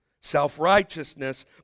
self-righteousness